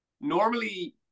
normally